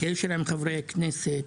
קשר עם חברי הכנסת,